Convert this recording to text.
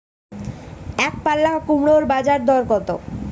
একপাল্লা কুমড়োর বাজার দর কত?